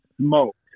smoked